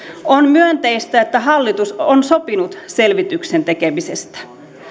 on myönteistä että hallitus on sopinut selvityksen tekemisestä